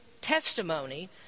testimony